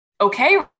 okay